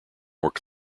out